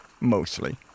mostly